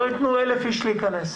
לא יתנו ל-1,000 איש להכנס,